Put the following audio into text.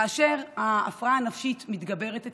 כאשר ההפרעה הנפשית מתגברת אצלו,